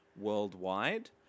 worldwide